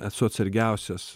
esu atsargiausias